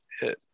hit